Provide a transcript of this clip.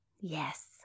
Yes